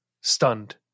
stunned